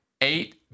Eight